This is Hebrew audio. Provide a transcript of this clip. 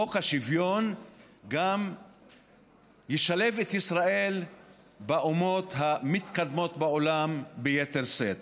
חוק השוויון גם ישלב את ישראל באומות המתקדמות בעולם ביתר שאת.